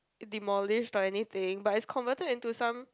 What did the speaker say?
demolish or anything but it's converted into some